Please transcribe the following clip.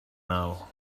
now